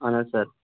اَہَن حظ سَر